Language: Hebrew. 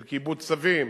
של כיבוד צווים